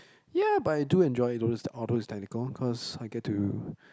ya but I do enjoy it though although it's although it's technical cause I get to